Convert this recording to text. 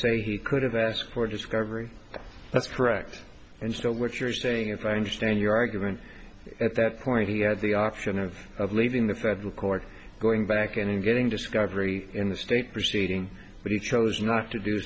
say he could have asked for discovery that's correct and so what you're saying if i understand your argument at that point he had the option of of leaving the federal court going back and getting discovery in the state proceeding but he chose not to do